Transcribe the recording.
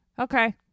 Okay